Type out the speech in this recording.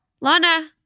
Lana